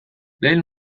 lehen